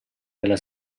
della